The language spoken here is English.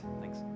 Thanks